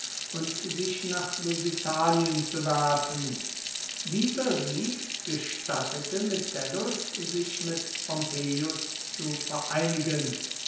und sich nach lusitanien zu werfen dieser sieg gestattete metellus sich mit pompeius zu vereinigen